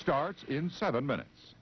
starts in seven minutes